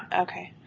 okay.